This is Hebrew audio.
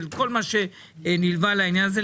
של כל מה שנלווה לעניין הזה.